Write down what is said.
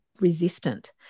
resistant